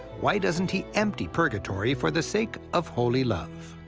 why doesn't he empty purgatory for the sake of holy love?